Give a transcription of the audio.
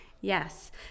yes